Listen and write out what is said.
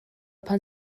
pan